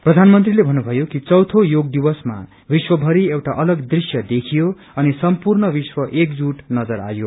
प्रधानमंत्रीले भन्नुभयो कि चौथे योग दिवसमा विश्व भरि एउटा अलग दृश्य देखियो अनि सम्पूर्ण विश्व एकजुट नजर आए